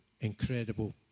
incredible